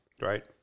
Right